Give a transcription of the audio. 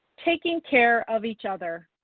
taking care of each other.